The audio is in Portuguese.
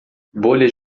bolhas